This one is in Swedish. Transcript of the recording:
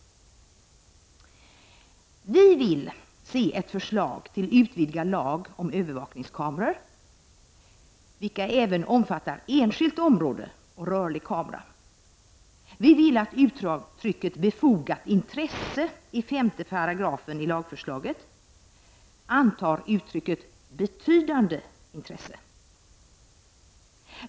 Vi vill se ett förslag till utvidgad lag om övervakningskameror vilken även omfattar enskilt område och rörlig kamera. Vi vill att uttrycket ”befogat intresse” i 5 § i lagförslaget ändras till ”betydande intresse”.